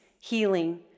healing